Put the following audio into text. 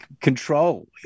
control